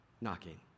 knocking